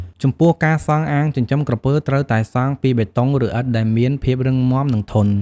ចំពោះការសង់អាងចិញ្ចឹមក្រពើត្រូវតែសង់ពី បេតុង ឬ ឥដ្ឋ ដែលមានភាពរឹងមាំ និងធន់។